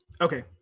Okay